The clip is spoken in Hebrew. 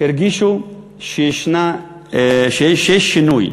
הרגישו שיש שינוי.